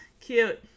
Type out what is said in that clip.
Cute